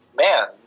man